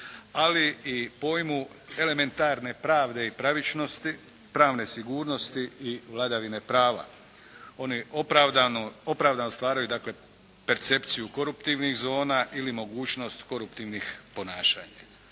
ali i pojmu elementarne pravde i pravičnosti, pravne sigurnosti i vladavine prava. Oni opravdano stvaraju, dakle percepciju koruptivnih zona ili mogućnost koruptivnih ponašanja.